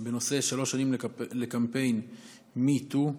שלוש שנים לקמפיין MeToo,